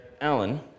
Alan